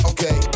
Okay